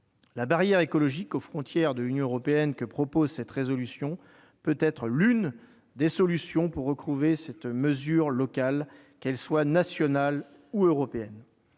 La barrière écologique aux frontières de l'Union européenne que prévoit cette proposition de résolution peut être l'une des solutions pour recouvrer cette mesure locale, qu'elle soit nationale ou européenne.